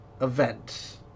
event